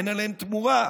אין עליהן תמורה.